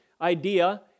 idea